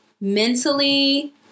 Mentally